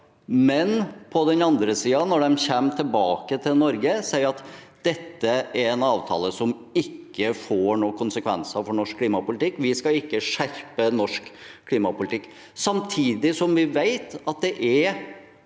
men på den andre siden, når de kommer tilbake til Norge, sier dette er en avtale som ikke får noen konsekvenser for norsk klimapolitikk, og at vi ikke skal skjerpe norsk klimapolitikk? Samtidig vet vi at det er